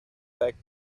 back